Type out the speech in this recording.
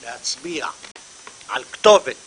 להצביע על כתובת